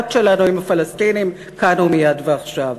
שלנו עם הפלסטינים כאן ומייד ועכשיו.